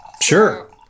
Sure